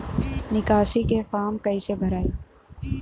निकासी के फार्म कईसे भराई?